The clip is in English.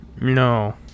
No